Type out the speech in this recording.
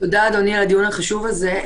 תודה, אדוני, על הדיון החשוב הזה.